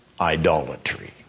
idolatry